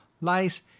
lies